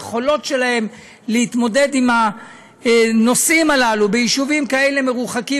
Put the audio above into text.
היכולות שלהם להתמודד עם הנושאים הללו ביישובים כאלה מרוחקים